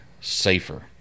safer